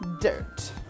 Dirt